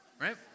right